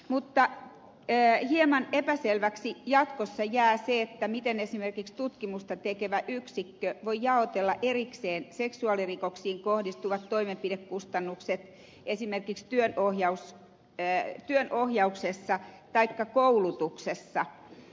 mutta hieman epäselväksi jatkossa jää se miten esimerkiksi tutkimusta tekevä yksikkö voi jaotella erikseen seksuaalirikoksiin kohdistuvat toimenpidekustannukset esimerkiksi työnohjauksessa taikka koulutuksessa